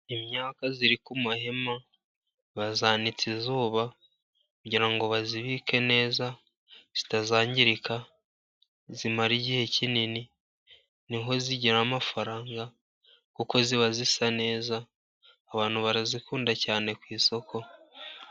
Imyaka iri ku mahema bayanitse izuba, kugirango ngo bazibike neza zitazangirika, zimara igihe kinini niho zigira amafaranga, kuko ziba zisa neza, abantu barazikunda cyane ku isoko.